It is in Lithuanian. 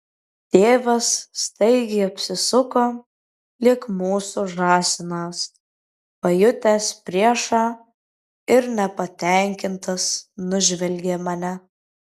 tėvas staigiai apsisuko lyg mūsų žąsinas pajutęs priešą ir nepatenkintas nužvelgė mane